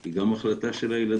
היא גם החלטה של הילדים